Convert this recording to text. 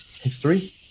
History